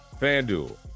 FanDuel